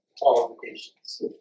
qualifications